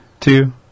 two